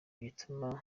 gituma